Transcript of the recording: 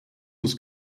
was